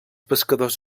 pescadors